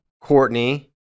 Courtney